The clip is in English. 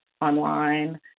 online